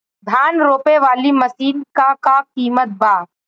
धान रोपे वाली मशीन क का कीमत बा?